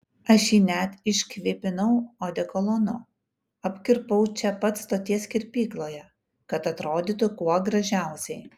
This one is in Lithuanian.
aš jį net iškvėpinau odekolonu apkirpau čia pat stoties kirpykloje kad atrodytų kuo gražiausiai